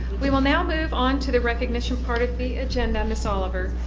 we will now move on to the recognition part of the agenda. ms. oliver,